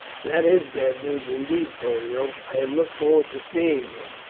that is bad news indeed, pollio. i had looked forward to seeing him.